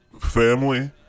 family